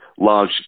large